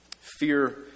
Fear